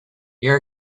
your